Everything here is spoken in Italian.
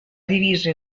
diviso